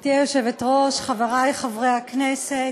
גברתי היושבת-ראש, חברי חברי הכנסת,